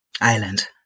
Island